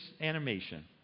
animation